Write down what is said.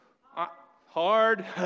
hard